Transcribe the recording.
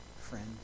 friend